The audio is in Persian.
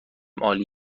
عالی